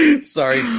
Sorry